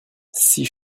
six